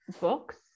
books